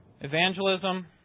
evangelism